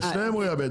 את שניהם הוא ייאבד,